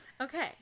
Okay